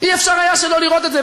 לא היה אפשר שלא לראות את זה.